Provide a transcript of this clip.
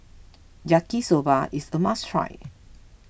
Yaki Soba is a must try